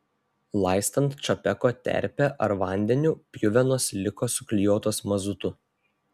laistant čapeko terpe ar vandeniu pjuvenos liko suklijuotos mazutu